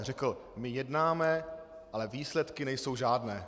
Řekl: My jednáme, ale výsledky nejsou žádné.